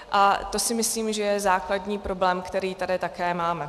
A to si myslím, že je základní problém, který tady také máme.